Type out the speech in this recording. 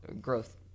growth